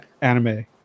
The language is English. anime